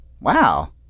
wow